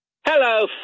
Hello